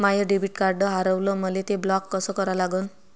माय debit card हारवलं, मले ते ब्लॉक कस करा लागन?